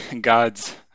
God's